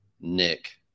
Nick –